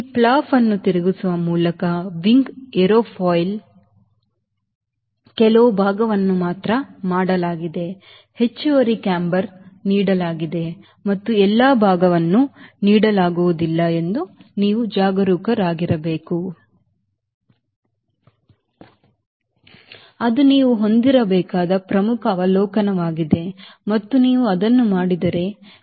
ಈ ಫ್ಲಾಪ್ ಅನ್ನು ತಿರುಗಿಸುವ ಮೂಲಕ wing ಏರೋಫಾಯಿಲ್ನ ಕೆಲವು ಭಾಗವನ್ನು ಮಾತ್ರ ಮಾಡಲಾಗಿದೆ ಹೆಚ್ಚುವರಿ ಕ್ಯಾಂಬರ್ ನೀಡಲಾಗಿದೆ ಮತ್ತು ಎಲ್ಲಾ ಭಾಗವನ್ನು ನೀಡಲಾಗುವುದಿಲ್ಲ ಎಂದು ನೀವು ಜಾಗರೂಕರಾಗಿರಬೇಕು ಅದು ನೀವು ಹೊಂದಿರಬೇಕಾದ ಪ್ರಮುಖ ಅವಲೋಕನವಾಗಿದೆ ಮತ್ತು ನೀವು ಅದನ್ನು ಮಾಡಿದರೆ ನೀವು ಇದನ್ನು 1